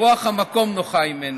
רוח המקום נוחה הימנו,